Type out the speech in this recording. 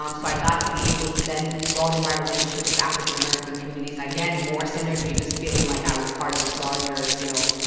um so i got to be able to then broaden my relationship with african-american communities, and, again, more synergy, just feeling like i was part of this larger, you know,